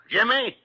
Jimmy